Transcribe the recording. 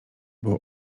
było